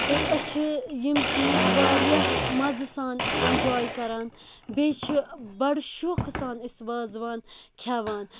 تہٕ أسۍ چھِ یِم چیز واریاہ مَزٕ سان ایٚنجاے کَران بیٚیہ چھ بَڑٕ شوقہٕ سان أسۍ وازوان کھیٚوان